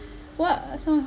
what are some of the